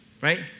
right